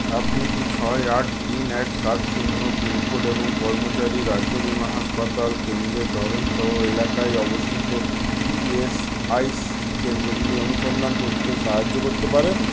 আপনি কি ছয় আট তিন এক সাত শূন্য পিন কোড এবং কর্মচারী রাজ্য বিমা হাসপাতাল কেন্দ্রের ধরন সহ এলাকায় অবস্থিত ইএসআইসি কেন্দ্রগুলো অনুসন্ধান করতে সাহায্য করতে পারেন